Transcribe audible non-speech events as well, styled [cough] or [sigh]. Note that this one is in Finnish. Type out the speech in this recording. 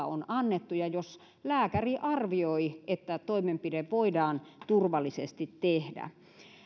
[unintelligible] on annettu ja jos lääkäri arvioi että toimenpide voidaan turvallisesti tehdä